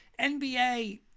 NBA